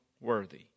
worthy